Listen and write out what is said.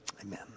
Amen